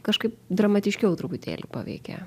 kažkaip dramatiškiau truputėlį paveikė